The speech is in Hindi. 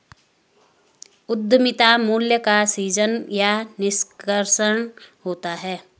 उद्यमिता मूल्य का सीजन या निष्कर्षण होता है